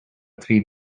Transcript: three